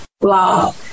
Wow